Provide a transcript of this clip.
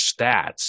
stats